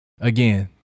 Again